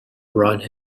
brought